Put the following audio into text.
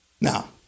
Now